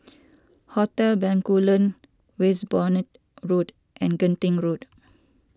Hotel Bencoolen Westbourne Road and Genting Road